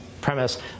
premise